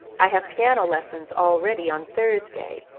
i have piano lessons already on thursday,